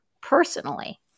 personally